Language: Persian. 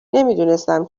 نمیدانستم